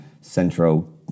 Centro